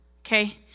Okay